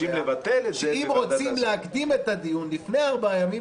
שאם רוצים להקדים את הדיון לפני הארבעה ימים,